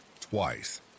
twice